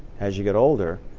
as you get older,